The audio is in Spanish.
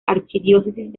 archidiócesis